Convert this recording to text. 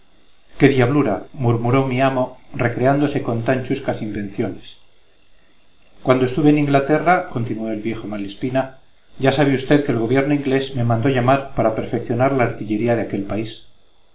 qué diablura murmuró mi amo recreándose con tan chuscas invenciones cuando estuve en inglaterra continuó el viejo malespina ya sabe usted que el gobierno inglés me mandó llamar para perfeccionar la artillería de aquel país